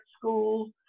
school